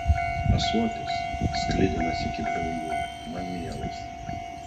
ąsotis sklidinas iki briaunų man mielas